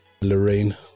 Lorraine